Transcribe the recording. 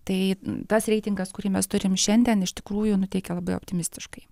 tai tas reitingas kurį mes turim šiandien iš tikrųjų nuteikia labai optimistiškai